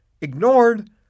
ignored